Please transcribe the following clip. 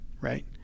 right